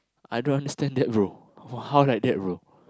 I don't understand that brother how like that brother